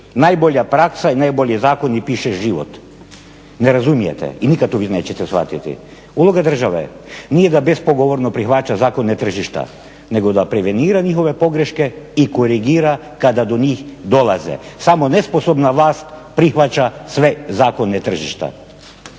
najbolja praksa i najbolji zakon piše život. Ne razumijete i nikada vi to nećete shvatiti. Uloga države nije da bespogovorno prihvaća zakone tržišta, nego da prevenira njihove pogreške i korigira kada do njih dolaze. Samo nesposobna vlast prihvaća sve zakone tržišta.